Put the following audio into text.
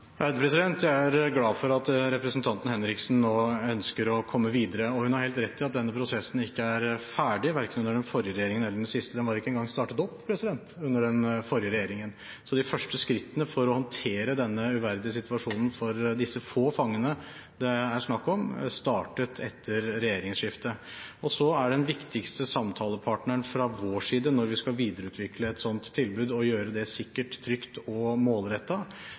Jeg er glad for at representanten Henriksen nå ønsker å komme videre. Hun har helt rett i at denne prosessen ikke er ferdig, verken under den forrige regjeringen eller den siste. Den var ikke engang startet opp under den forrige regjeringen. De første skrittene for å håndtere denne uverdige situasjonen for de få fangene det er snakk om, startet etter regjeringsskiftet. Så vil den viktigste samtalepartneren fra vår side når vi skal videreutvikle et slikt tilbud og gjøre det sikkert, trygt og